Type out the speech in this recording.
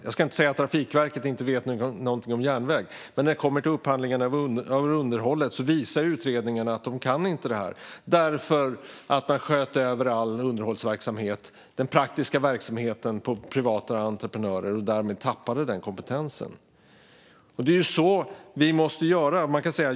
Jag ska inte säga att Trafikverket inte vet något om järnväg, men när det gäller upphandling av underhåll visar utredningarna att de inte kan detta därför att de sköt över all den praktiska underhållsverksamheten på privata entreprenörer och därmed tappade den kompetensen. Det är så vi måste göra.